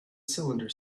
cylinder